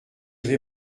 vais